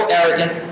arrogant